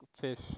fish